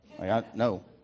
No